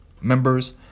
members